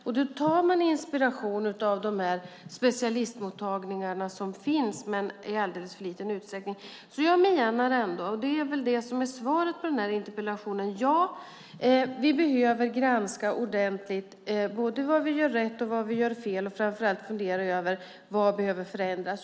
Man tar inspiration från de specialistmottagningar som finns, men i alldeles för liten utsträckning. Svaret på interpellationen är att ja, vi behöver granska ordentligt både vad vi gör rätt och vad vi gör fel och framför allt fundera över vad som behöver förändras.